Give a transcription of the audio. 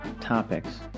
topics